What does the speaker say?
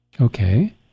okay